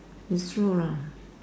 you throw lah